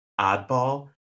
oddball